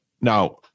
now